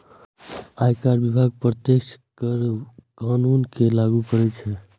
आयकर विभाग प्रत्यक्ष कर कानून कें लागू करै छै